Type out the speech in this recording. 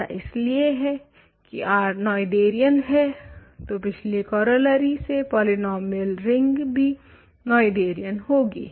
ऐसा इसलिए है की R नोएथेरियन है तो पिछली कोरोलरी से पोलिनोमियल रिंग भी नोएथेरियन होगी